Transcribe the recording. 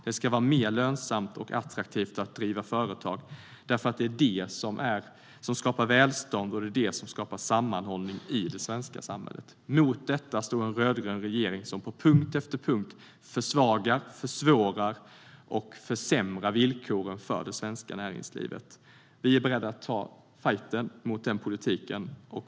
Det ska vara mer lönsamt och attraktivt att driva företag. Det är vad som skapar välstånd och sammanhållning i det svenska samhället. Mot detta står en rödgrön regering som på punkt efter punkt försvagar, försvårar och försämrar villkoren för det svenska näringslivet. Vi är beredda att ta fajten mot den politiken.